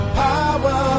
power